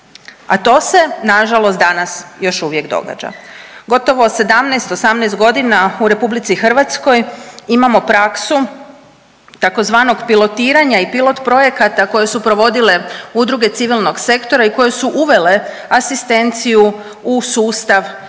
a to se nažalost danas još uvijek događa. Gotovo 17-18.g. u RH imamo praksu tzv. pilotiranja i pilot projekata koje su provodile udruge civilnog sektora i koje su uvele asistenciju u sustav i koje